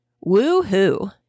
Woo-hoo